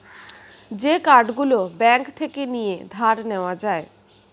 যে কার্ড গুলো ব্যাঙ্ক থেকে নিয়ে ধার নেওয়া যায়